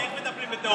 איך מטפלים בטרוריסטים?